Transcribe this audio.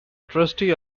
trustee